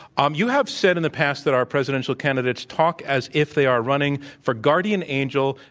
um you have said in the past that our presidential candidates talk as if they are running for guardian angel,